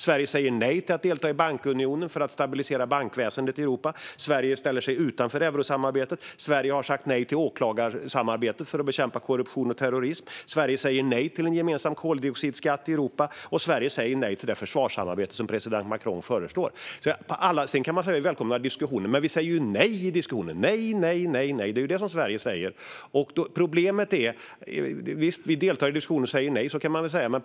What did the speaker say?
Sverige säger nej till att delta i bankunionen för att stabilisera bankväsendet i Europa. Sverige ställer sig utanför eurosamarbetet. Sverige har sagt nej till åklagarsamarbetet för att bekämpa korruption och terrorism. Sverige säger nej till en gemensam koldioxidskatt i Europa, och Sverige säger nej till det försvarssamarbete som president Macron föreslår. Vi kan säga att vi välkomnar diskussioner. Men vi säger ju nej i diskussionerna! Sverige säger nej, nej, nej. Vi deltar i diskussioner och säger nej.